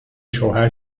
شوهر